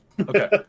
Okay